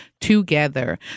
together